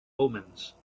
omens